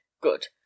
good